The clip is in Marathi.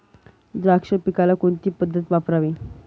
द्राक्ष पिकाला कोणती पद्धत वापरावी?